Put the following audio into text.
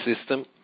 system